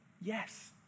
yes